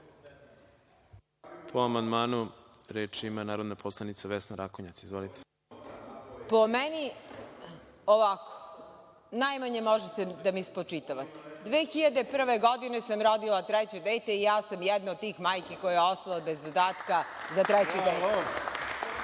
Po amandmanu, reč ima narodna poslanica Vesna Rakonjac. Izvolite. **Vesna Rakonjac** Po meni, najmanje možete da mi spočitavate. Godine 2001. sam rodila treće dete i ja sam jedna od tih majki koja je ostala bez dodatka za treće dete.